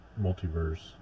multiverse